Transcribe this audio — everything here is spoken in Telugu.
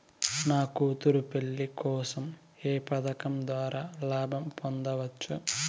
నా కూతురు పెళ్లి కోసం ఏ పథకం ద్వారా లాభం పొందవచ్చు?